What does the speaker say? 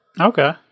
Okay